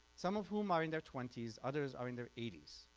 some of whom are in their twenties others are in their eighties.